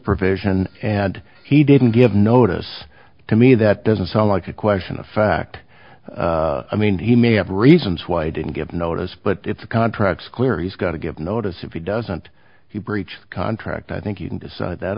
provision and he didn't give notice to me that doesn't sound like a question of fact i mean he may have reasons why he didn't give notice but it's contracts clear he's going to give notice if he doesn't if you breach the contract i think you can decide that